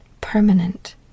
permanent